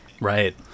Right